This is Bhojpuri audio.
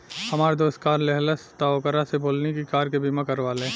हामार दोस्त कार लेहलस त ओकरा से बोलनी की कार के बीमा करवा ले